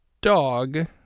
dog